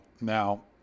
now